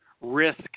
risk